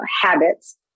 habits